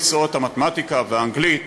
מקצועות המתמטיקה והאנגלית,